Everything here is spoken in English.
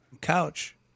couch